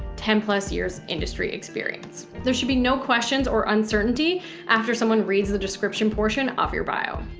ten plus years industry experience. there should be no questions or uncertainty after someone reads the description portion of your bio,